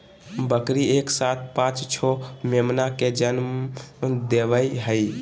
बकरी एक साथ पांच छो मेमना के जनम देवई हई